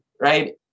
right